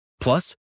Plus